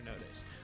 notice